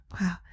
wow